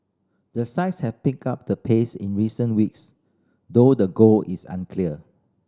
the sides have picked up the pace in recent weeks though the goal is unclear